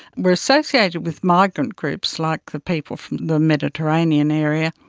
were associated with migrant groups, like the people from the mediterranean area,